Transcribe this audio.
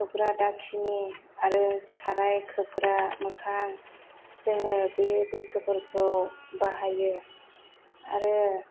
खोबग्रा दाखिनि आरो साराय खोबग्रा मोखां जोङो बे बुस्थुफोरखौ बाहायो आरो